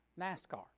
NASCAR